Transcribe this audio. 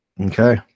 okay